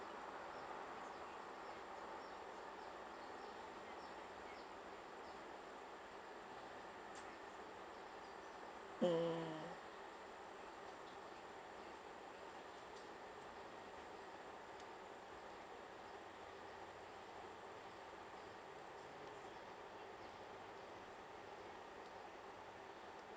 mm